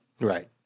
Right